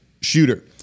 shooter